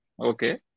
okay